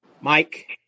Mike